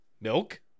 Milk